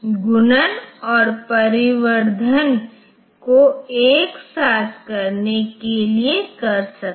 तो प्रोसेसर में इंटरप्ट आता है और यह उसी सामान एड्रेस पर आते हैं उस बिंदु से